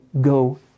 go